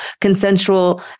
consensual